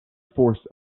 forced